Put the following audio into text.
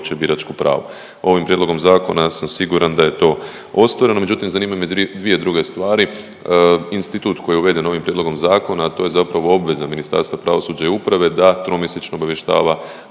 opće biračko pravo. Ovim prijedlogom zakona ja sam siguran da je to ostvareno, međutim zanimaju me dvije druge stvari. Institut koji je uveden ovim prijedlogom zakona, a to je zapravo obveza Ministarstva pravosuđa i uprave da tromjesečno obavještava